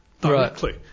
directly